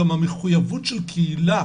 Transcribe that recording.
גם המחויבות של קהילה,